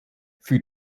für